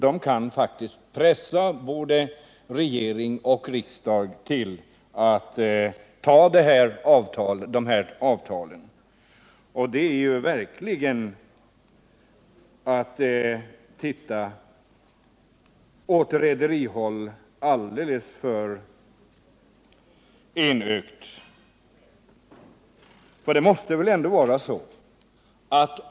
De kan pressa regering och riksdag att godta avtalen. Det är verkligen att se saken alltför enögt från rederihåll.